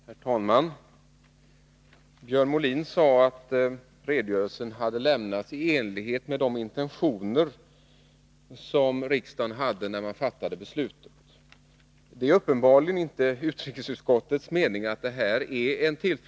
Herr talman! Björn Molin sade att redogörelsen hade lämnats i enlighet med de intentioner som riksdagen hade när man fattade beslutet. Det är uppenbarligen inte utrikesutskottets mening.